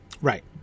Right